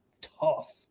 tough